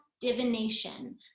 divination